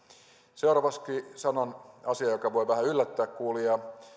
seuraavaksi sanon asian joka voi vähän yllättää kuulijaa